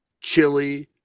chili